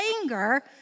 anger